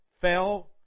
fell